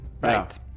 right